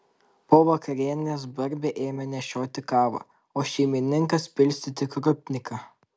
po vakarienės barbė ėmė nešioti kavą o šeimininkas pilstyti krupniką